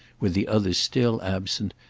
with the others still absent,